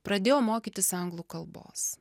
pradėjo mokytis anglų kalbos